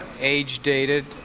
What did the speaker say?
age-dated